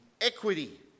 equity